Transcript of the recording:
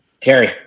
Terry